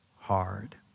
hard